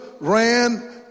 ran